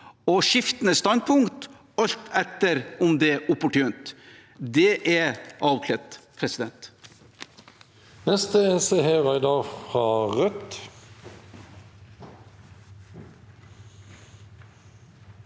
og skiftende standpunkt alt etter om det er opportunt. Det er avkledt. Seher